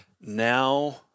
now